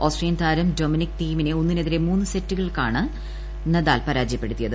Austrian താരം Dominic തീമിനെ ഒന്നിനെതിരെ മൂന്ന് സെറ്റുകൾക്കാണ് നദാൽ പരാജയപ്പെടുത്തിയത്